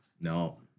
No